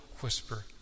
whisper